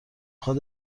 خواد